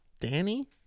danny